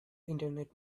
internet